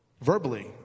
verbally